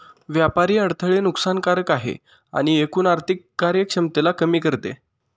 व्यापारी अडथळे नुकसान कारक आहे आणि एकूण आर्थिक कार्यक्षमतेला कमी करते